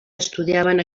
estudiaven